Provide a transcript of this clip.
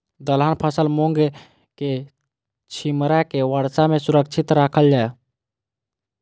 दलहन फसल मूँग के छिमरा के वर्षा में सुरक्षित राखल जाय?